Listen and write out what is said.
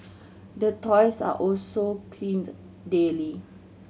the toys are also cleaned daily